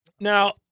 Now